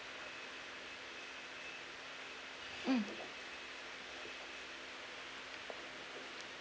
mm